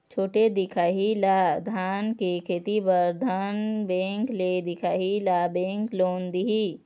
छोटे दिखाही ला धान के खेती बर धन बैंक ले दिखाही ला बैंक लोन दिही?